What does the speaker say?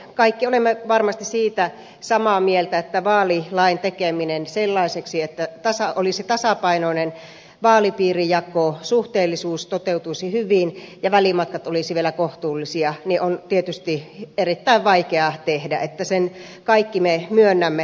kaikki olemme varmasti siitä samaa mieltä että vaalilain tekeminen sellaiseksi että olisi tasapainoinen vaalipiirijako suhteellisuus toteutuisi hyvin ja välimatkat olisivat vielä kohtuullisia on tietysti erittäin vaikeaa sen kaikki me myönnämme